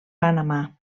panamà